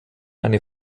eine